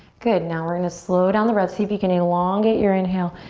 good, now we're gonna slow down the breath. see if you can enlongate your inhale,